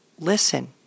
Listen